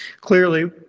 Clearly